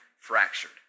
fractured